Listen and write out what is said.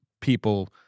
people